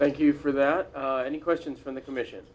thank you for that any questions from the commission